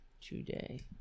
today